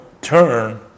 turn